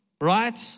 right